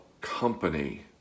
company